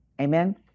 Amen